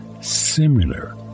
similar